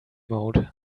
mode